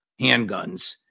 handguns